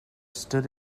stood